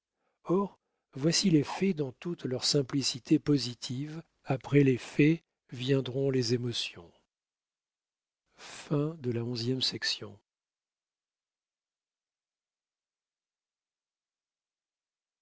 or voici les faits dans toute leur simplicité positive après les faits viendront les émotions